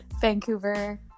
Vancouver